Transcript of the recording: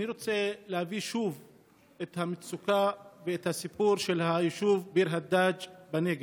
אני רוצה להביא שוב את המצוקה ואת הסיפור של היישוב ביר הדאג' בנגב.